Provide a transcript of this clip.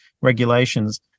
regulations